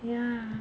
ya